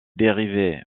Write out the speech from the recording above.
dérivés